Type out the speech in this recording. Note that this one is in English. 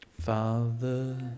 Father